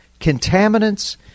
contaminants